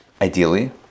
ideally